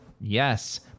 Yes